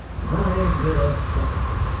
my dear fellow,